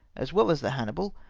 as well as the hannibal,